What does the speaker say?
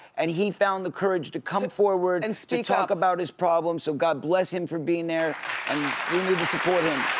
and he found the courage to come forward, and so to talk about his problems, so god bless him for being there, and we need to support him.